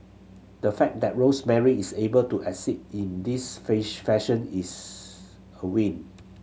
the fact that Rosemary is able to exit in this fish fashion is a win